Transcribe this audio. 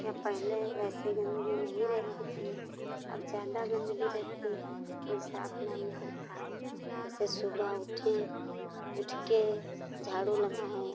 या पहले ऐसी गंदगी नहीं रहती थी अब ज़्यादा गंदगी रहती है कोई साफ नहीं करता है जैसे सुबह उठे उठ के झाड़ू लगाए